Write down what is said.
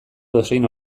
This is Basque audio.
edozein